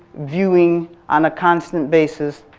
viewing, on a constant basis.